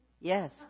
Yes